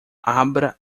abra